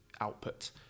output